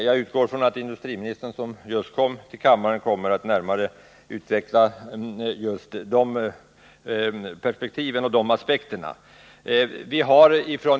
Jag utgår från att industriministern, som just kom till kammaren, kommer att närmare utveckla de aspekterna.